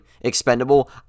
expendable